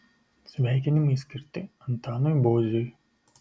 sveikinimai skirti antanui boziui